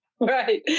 right